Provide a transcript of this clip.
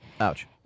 Ouch